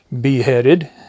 beheaded